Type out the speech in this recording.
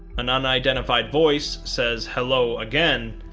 an unidentified voice says hello again,